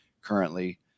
currently